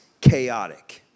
chaotic